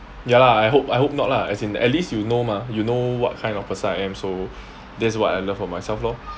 ya lah I hope I hope not lah as in at least you know mah you know what kind of person I am so that's what I love of myself lor